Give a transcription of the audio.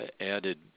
added